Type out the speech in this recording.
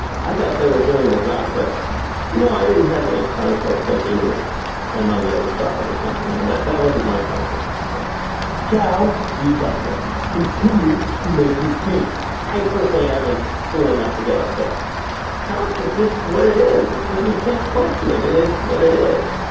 i thought they were doing their job. but no, i didn't have any conflict thinking i'm on the other side or something. now that that wasn't my conflict no chow. the executive continued to make his case i personally haven't seen enough to get upset cops. that's just what it is. it's says and you can't question it. it is what it is.